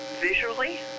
visually